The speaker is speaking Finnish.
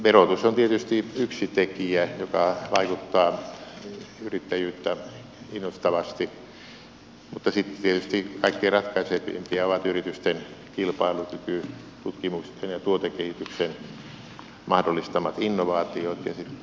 verotus on tietysti yksi tekijä joka vaikuttaa yrittäjyyttä innostavasti mutta sitten tietysti kaikkein ratkaisevimpia ovat yritysten kilpailukyky tutkimuksen ja tuotekehityksen mahdollistamat innovaatiot ja yritysten markkinointi